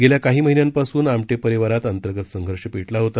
गेल्याकाहीमहिन्यांपासूनआमटेपरिवारातअंतर्गतसंघर्षपेटलाहोता